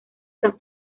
san